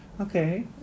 Okay